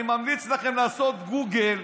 אני ממליץ לכם לעשות גוגל,